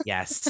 Yes